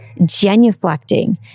genuflecting